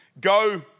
go